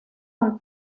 und